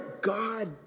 God